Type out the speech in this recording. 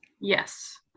Yes